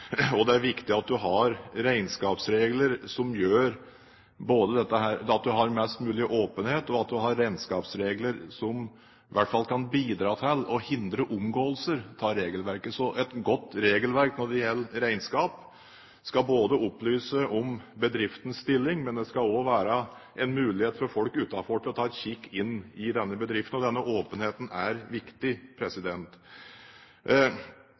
Det er viktig at en har regnskapsregler som gjør at en har mest mulig åpenhet, og som kan bidra til å hindre omgåelser av regelverket. Et godt regelverk når det gjelder regnskap, skal både opplyse om bedriftens stilling og være en mulighet for folk utenfor til å ta en kikk inn i denne bedriften. Denne åpenheten er viktig.